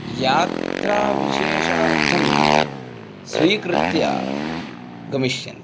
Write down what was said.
यात्राविशेषार्थं स्वीकृत्य गमिष्यन्ति